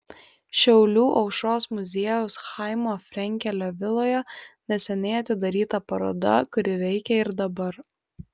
šiaulių aušros muziejaus chaimo frenkelio viloje neseniai atidaryta paroda kuri veikia ir dabar